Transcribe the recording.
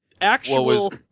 actual